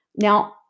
Now